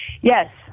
Yes